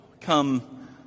come